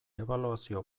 ebaluazio